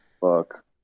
Fuck